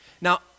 Now